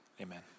amen